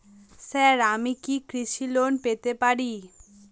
Sir আমি কি কৃষি লোন পেতে পারি?